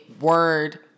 word-